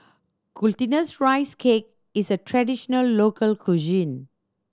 Glutinous Rice Cake is a traditional local cuisine